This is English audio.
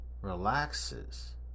relaxes